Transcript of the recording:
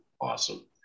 awesome